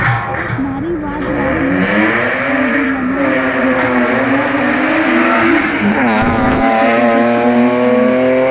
नारीवाद, राजनयतिक आन्दोलनों, विचारधारा औरो सामाजिक आंदोलन के एगो श्रेणी हइ